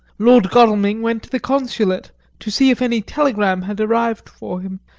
lord godalming went to the consulate to see if any telegram had arrived for him,